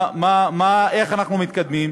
מה, איך אנחנו מתקדמים?